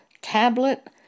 tablet